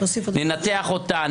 ננתח אותה,